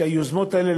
כי היוזמות האלה,